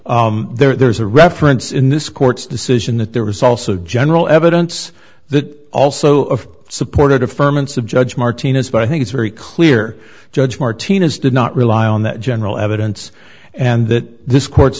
lane there's a reference in this court's decision that there was also general evidence that also of supported affirmative judge martinez but i think it's very clear judge martinez did not rely on that general evidence and that this court's